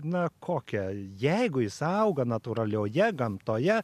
na kokią jeigu jis auga natūralioje gamtoje